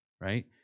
Right